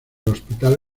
hospital